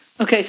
Okay